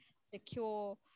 secure